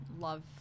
Love